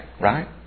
right